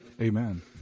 Amen